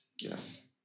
Yes